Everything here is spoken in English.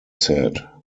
said